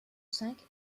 cinq